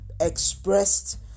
expressed